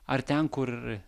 ar ten kur